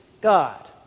God